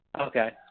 Okay